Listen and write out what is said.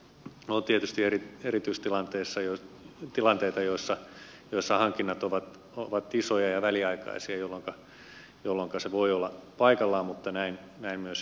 on tietysti erityistilanteita joissa hankinnat ovat isoja ja väliaikaisia jolloinka se voi olla paikallaan mutta näin myös yhteiskunnan auttamana